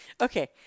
Okay